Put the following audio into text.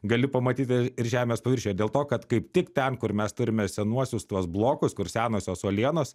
gali pamatyti ir žemės paviršiuje dėl to kad kaip tik ten kur mes turime senuosius tuos blokus kur senosios uolienos